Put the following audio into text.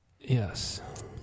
Yes